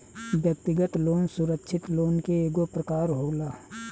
व्यक्तिगत लोन सुरक्षित लोन के एगो प्रकार होला